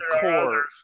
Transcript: core